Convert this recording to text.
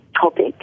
topic